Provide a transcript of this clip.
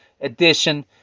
edition